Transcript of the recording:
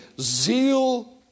zeal